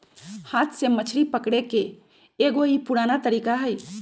हाथ से मछरी पकड़े के एगो ई पुरान तरीका हई